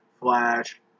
Flash